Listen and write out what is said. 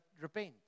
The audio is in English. repent